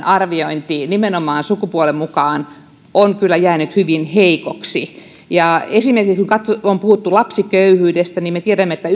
arviointi nimenomaan sukupuolen mukaan on kyllä jäänyt hyvin heikoksi esimerkiksi kun on puhuttu lapsiköyhyydestä me tiedämme että